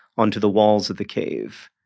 onto the walls of the cave.